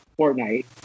Fortnite